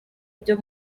byo